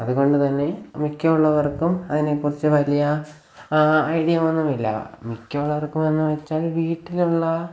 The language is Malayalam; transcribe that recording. അതുകൊണ്ടു തന്നെ മിക്ക ഉള്ളവർക്കും അതിനെക്കുറിച്ചു വലിയ ഐഡിയ ഒന്നുമില്ല മിക്ക ഉള്ളവർക്കും എന്നു വെച്ചാൽ വീട്ടിലുള്ള